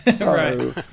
Right